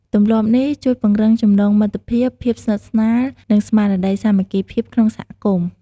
ទម្លាប់នេះជួយពង្រឹងចំណងមិត្តភាព ភាពស្និទ្ធស្នាល និងស្មារតីសាមគ្គីភាពក្នុងសហគមន៍។